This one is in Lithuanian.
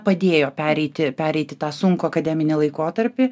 padėjo pereiti pereiti tą sunkų akademinį laikotarpį